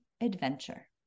adventure